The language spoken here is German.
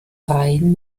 reihen